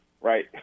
right